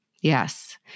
Yes